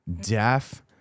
deaf